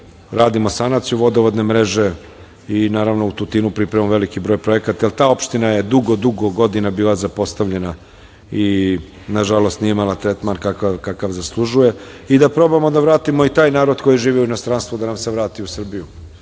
Srbije. Radimo sanaciju cele vodovodne mreže i naravno u Tutinu pripremamo veliki broj projekata jer ta opština je dugo, dugo godina bila zapostavljena i na žalost nije imala tretman koji zaslužuje i da probamo da vratimo taj narod koji je živeo u inostranstvu da nam se vrati u Srbiju,